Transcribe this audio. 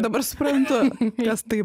dabar suprantu kas tai